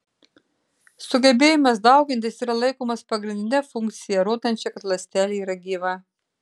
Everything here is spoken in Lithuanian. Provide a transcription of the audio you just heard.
sugebėjimas daugintis yra laikomas pagrindine funkcija rodančia kad ląstelė yra gyva